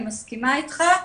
אני מסכימה איתך,